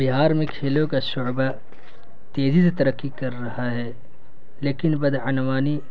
بہار میں کھیلوں کا شعبہ تیزی سے ترقی کر رہا ہے لیکن بد عنوانی